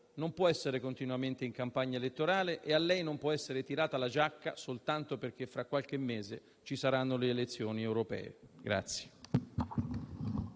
non possono essere continuamente in campagna elettorale e a lei non può essere tirata la giacca soltanto perché fra qualche mese ci saranno le elezioni europee.